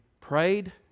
prayed